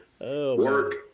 Work